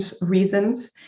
reasons